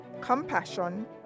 compassion